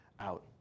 out